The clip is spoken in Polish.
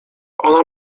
ona